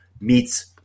meets